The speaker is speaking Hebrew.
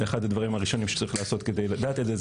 אחד הדברים הראשונים שצריך לעשות בשביל לדעת את זה,